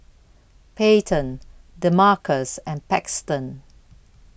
Payton Demarcus and Paxton